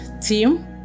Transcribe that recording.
team